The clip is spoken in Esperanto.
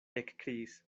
ekkriis